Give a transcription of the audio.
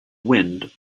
wind